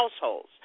households